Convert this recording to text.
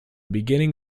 beginning